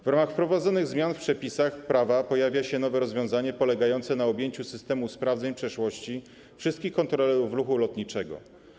W ramach wprowadzonych zmian w przepisach prawa pojawia się nowe rozwiązanie polegające na objęciu systemem sprawdzeń przeszłości wszystkich kontrolerów ruchu lotniczego.